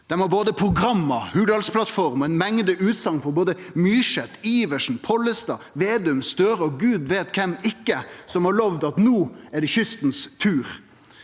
Dei har både program, Hurdalsplattforma og ei mengde utsegner frå både Myrseth, Iversen, Pollestad, Vedum, Støre og gud veit kven, som har lovt at no er det kysten sin tur.